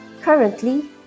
Currently